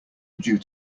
due